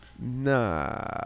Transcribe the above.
Nah